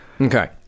Okay